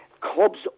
Clubs